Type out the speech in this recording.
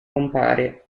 compare